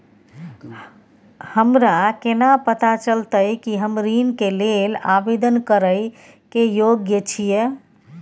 हमरा केना पता चलतई कि हम ऋण के लेल आवेदन करय के योग्य छियै?